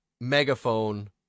megaphone